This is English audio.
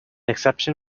exception